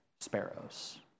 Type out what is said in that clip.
sparrows